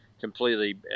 completely